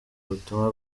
ubutumwa